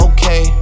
Okay